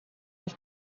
auf